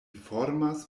formas